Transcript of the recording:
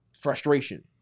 frustration